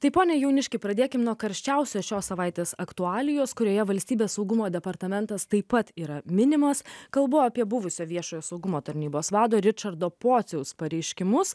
taip pone jauniški pradėkime nuo karščiausios šios savaitės aktualijos kurioje valstybės saugumo departamentas taip pat yra minimas kalbu apie buvusio viešojo saugumo tarnybos vado ričardo pociaus pareiškimus